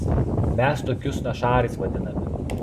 mes tokius našarais vadiname